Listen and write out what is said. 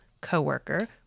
coworker